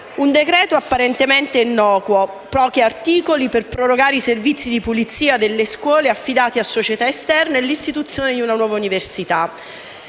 esame, apparentemente innocuo: pochi articoli per prorogare i servizi di pulizia delle scuole affidati a società esterne e l'istituzione di una nuova università.